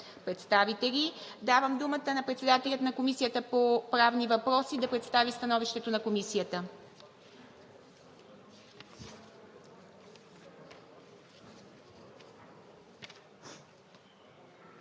ПРЕДСТАВИТЕЛИ. Давам думата на председателя на Комисията по правни въпроси да представи становището на Комисията.